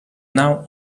now